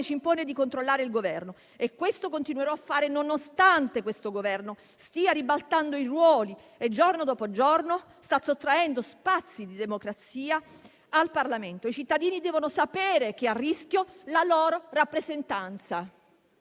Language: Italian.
ci impone di controllare il Governo. Questo continuerò a fare, nonostante il Governo stia ribaltando i ruoli e, giorno dopo giorno, stia sottraendo spazi di democrazia al Parlamento. I cittadini devono sapere che è a rischio la loro rappresentanza.